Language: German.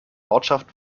ortschaft